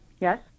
yes